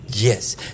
Yes